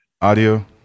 audio